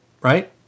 right